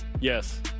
Yes